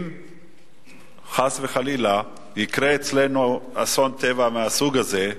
אם חס וחלילה יקרה אצלנו אסון טבע מהסוג הזה,